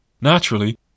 Naturally